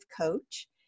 coach